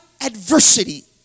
adversity